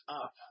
up